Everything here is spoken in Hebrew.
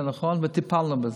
זה נכון, וטיפלנו בזה.